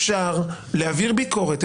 אפשר להעביר ביקורת,